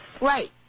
Right